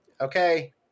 Okay